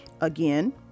Again